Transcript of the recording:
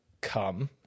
come